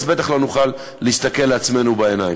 אז בטח לא נוכל להסתכל לעצמנו בעיניים.